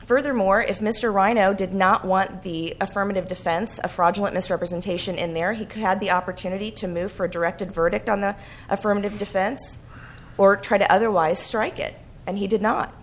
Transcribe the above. furthermore if mr rhino did not want the affirmative defense of fraudulent misrepresentation in there he could had the opportunity to move for a directed verdict on the affirmative defense or try to otherwise strike it and he did not